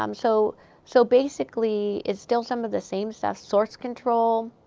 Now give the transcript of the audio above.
um so so basically, it's still some of the same stuff source control,